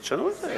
אז תשנו את זה.